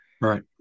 right